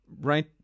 right